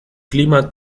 clima